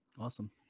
Awesome